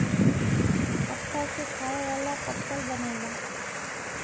पत्ता से खाए वाला पत्तल बनेला